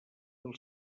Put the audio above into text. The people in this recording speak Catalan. del